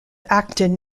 acton